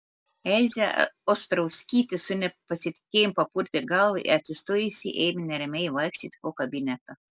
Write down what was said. elzė ostrovskytė su nepasitikėjimu papurtė galvą ir atsistojusi ėmė neramiai vaikščioti po kabinetą